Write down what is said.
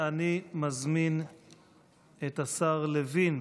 אני מזמין את השר לוין,